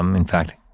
um in fact,